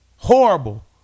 Horrible